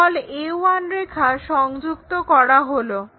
a1 রেখা সংযুক্ত করা হলো